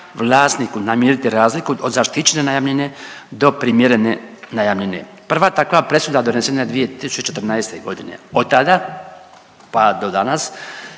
namiriti razliku od zaštićene najamnine do primjerene najamnine. Prva takva presuda donesena je 2014.g., od tada pa do danas